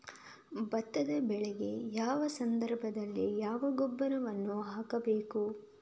ಭತ್ತದ ಬೆಳೆಗೆ ಯಾವ ಸಂದರ್ಭದಲ್ಲಿ ಯಾವ ಗೊಬ್ಬರವನ್ನು ಹಾಕಬೇಕು?